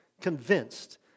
convinced